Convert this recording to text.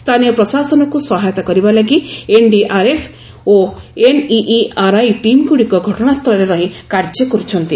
ସ୍ଥାନୀୟ ପ୍ରଶାସନକୁ ସହାୟତା କରିବା ପାଇଁ ଏନ୍ଡିଆର୍ଏଫ୍ ଓ ଏନ୍ଇଇଆର୍ଆଇ ଟିମ୍ଗୁଡ଼ିକ ଘଟଣାସ୍ଥଳରେ ରହି କାର୍ଯ୍ୟ କରୁଛନ୍ତି